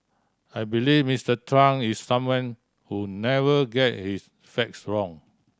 I believe Mister Trump is someone who never get his facts wrong